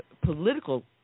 political